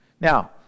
Now